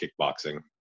kickboxing